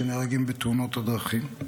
שנהרגים בתאונות הדרכים.